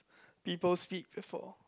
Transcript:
people speak before